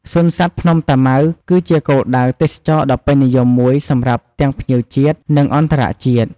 សួនសត្វភ្នំតាម៉ៅគឺជាគោលដៅទេសចរណ៍ដ៏ពេញនិយមមួយសម្រាប់ទាំងភ្ញៀវជាតិ និងអន្តរជាតិ។